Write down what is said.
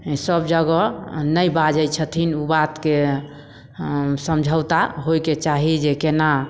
सभ जगह नहि बाजय छथिन उ बातके समझौता होइके चाही जे केना